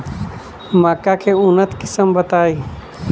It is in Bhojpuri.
मक्का के उन्नत किस्म बताई?